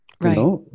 Right